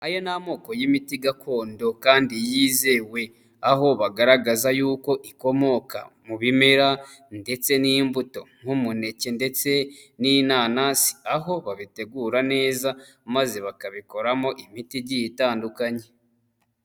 Aya ni amoko y'imiti gakondo kandi yizewe aho bagaragaza y'uko ikomoka mu bimera ndetse n'imbuto nk'umuneke ndetse n'inanasi, aho babitegura neza maze bakabikoramo imiti igiye itandukanye.